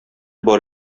бар